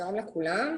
שלום לכולם.